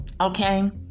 Okay